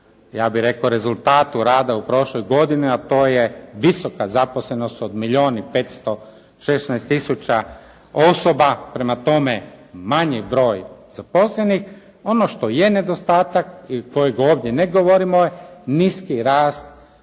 ja bih rekao rezultatu rada u prošloj godini, a to je visoka zaposlenost od milijun i 516000 osoba. Prema tome, manji broj zaposlenih. Ono što je nedostatak i kojeg ovdje ne govorimo je niski rast